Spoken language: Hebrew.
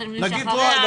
שאחריה.